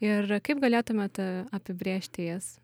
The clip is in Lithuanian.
ir kaip galėtumėt apibrėžti jas